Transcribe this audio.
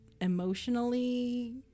emotionally